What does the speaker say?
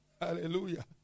Hallelujah